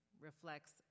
reflects